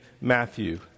Matthew